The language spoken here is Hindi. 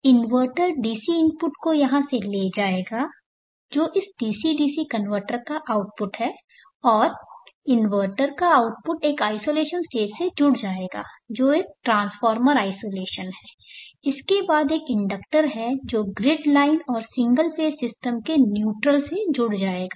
तो इन्वर्टर डीसी इनपुट को यहां से ले जाएगा जो इस डीसी डीसी कनवर्टर का आउटपुट है और इन्वर्टर का आउटपुट एक आइसोलेशन स्टेज से जुड़ जाएगा जो एक ट्रांसफॉर्मर आइसोलेशन है इसके बाद एक इंडक्टर है जो ग्रिड लाइन और सिंगल फेस सिस्टम के न्यूट्रल से जुड़ जाएगा